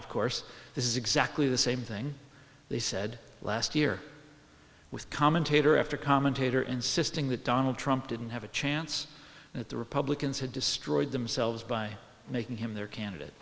of course this is exactly the same thing they said last year with commentator after commentator insisting that donald trump didn't have a chance that the republicans had destroyed themselves by making him their candidate